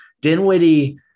Dinwiddie